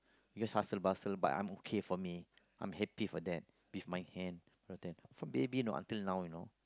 because hustle bustle but I'm okay for me I'm happy for that with my hand you know from baby until now you know